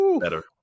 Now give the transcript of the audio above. better